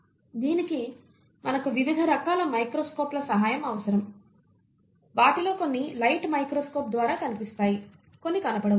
దీనికి మనకు వివిధ రకాల మైక్రోస్కోప్ల సహాయం అవసరం వాటిలో కొన్ని లైట్ మైక్రోస్కోప్ ద్వారా కనిపిస్తాయి కొన్ని కనపడవు